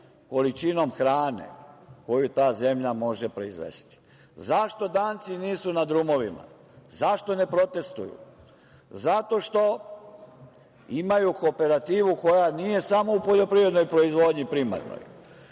količinom hrane koju ta zemlja može proizvesti.Zašto Danci nisu na drumovima? Zašto ne protestvuju? Zato što imaju kooperativu koja nije samo u poljoprivrednoj primarnoj